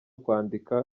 kwandika